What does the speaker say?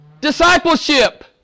Discipleship